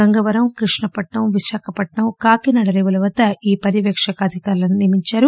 గంగావరం క్రిష్ణపట్నం విశాఖపట్నం కాకినాడ రేవుల వద్ద ఈ పర్యవేక్షక అధికారులను నియమించారు